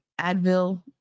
Advil